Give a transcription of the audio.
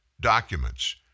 documents